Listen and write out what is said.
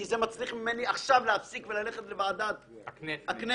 כי זה מצריך ממני להפסיק עכשיו וללכת לוועדת הכנסת.